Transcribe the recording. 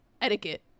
etiquette